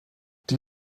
die